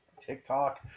TikTok